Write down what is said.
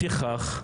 לפיכך,